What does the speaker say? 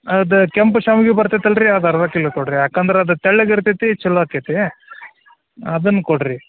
ಅದು ಕೆಂಪು ಶಾವ್ಗಿ ಬರ್ತೈತಲ್ಲ ರೀ ಅದು ಅರ್ಧ ಕಿಲೋ ಕೊಡಿರಿ ಯಾಕಂದ್ರೆ ಅದು ತೆಳ್ಳಗಿರ್ತೈತಿ ಚಲೋ ಆಕೈತಿ ಅದನ್ನ ಕೊಡಿರಿ